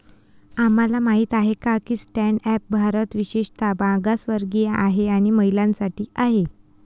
तुम्हाला माहित आहे का की स्टँड अप भारत विशेषतः मागासवर्गीय आणि महिलांसाठी आहे